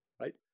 right